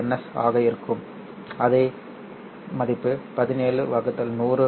8ns ஆக இருக்கும் அதே மதிப்பு 17 100 0